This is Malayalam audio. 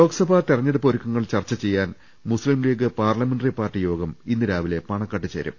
ലോക്സഭാ തിരഞ്ഞെടുപ്പ് ഒരുക്കങ്ങൾ ചർച്ച ചെയ്യാൻ മുസ്തിം ലീഗ് പാർലിമെന്ററി പാർട്ടി യോഗം ഇന്ന് രാവിലെ പാണക്കാട്ട് ചേരും